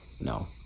no